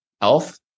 Elf